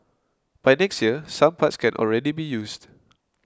by next year some parts can already be used